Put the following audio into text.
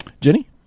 Jenny